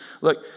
look